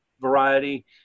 variety